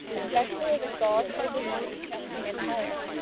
especially as a gauze oversleeve to evening attire,